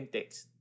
Text